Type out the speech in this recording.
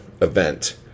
event